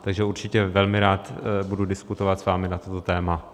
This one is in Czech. Takže určitě velmi rád budu diskutovat s vámi na toto téma.